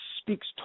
speaks